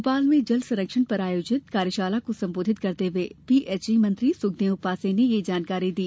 भोपाल में जल संरक्षण पर आयोजित कार्यशाला को संबोधित करते हुए पीएचई मंत्री सुखदेव पांसे ने यह जानकारी दी